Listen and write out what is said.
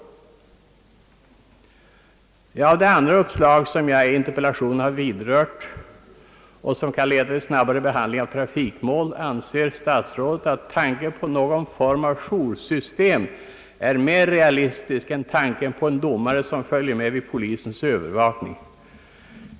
När det gäller de andra uppslag, som jag i interpellationen vidrört och som kan leda till en snabbare behandling av trafikmål, anser herr statsrådet tanken på någon form av joursystem vara mera realistisk än tanken på en domare, som följer med vid polisens övervakning?